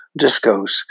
discos